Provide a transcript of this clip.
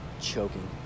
choking